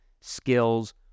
skills